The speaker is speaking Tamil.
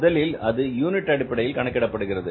முதலில் அது யூனிட் அடிப்படையில் கணக்கிடப்படுகிறது